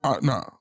nah